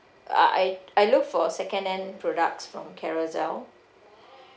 I I I look for second-hand products from Carousell